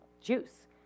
juice